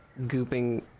gooping